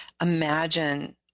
imagine